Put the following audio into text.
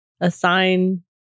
assign